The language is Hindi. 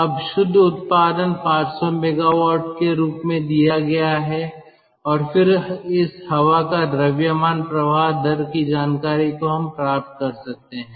अब शुद्ध उत्पादन 500 मेगावाट के रूप में दिया गया है और फिर इस हवा का द्रव्यमान प्रवाह दर की जानकारी को हम प्राप्त कर सकते हैं